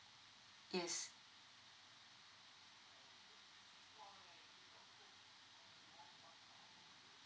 yes